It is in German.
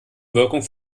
wirkung